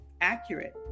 accurate